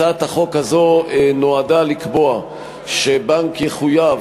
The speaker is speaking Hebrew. הצעת החוק הזאת נועדה לקבוע שבנק יחויב